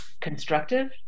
constructive